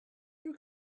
you